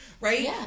Right